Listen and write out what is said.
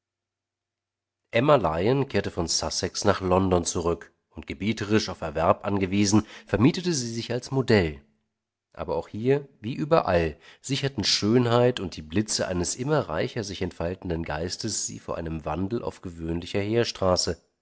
emma lyon kehrte von sussex nach london zurück und gebieterisch auf erwerb angewiesen vermietete sie sich als modell aber auch hier wie überall sicherten schönheit und die blitze eines immer reicher sich entfaltenden geistes sie vor einem wandel auf gewöhnlicher heerstraße